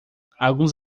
alguns